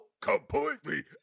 completely